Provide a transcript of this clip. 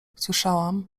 słyszałam